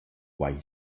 quai